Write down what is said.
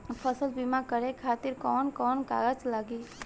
फसल बीमा करे खातिर कवन कवन कागज लागी?